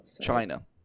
China